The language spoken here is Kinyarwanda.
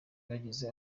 bagize